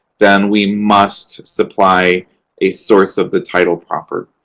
then we must supply a source of the title proper.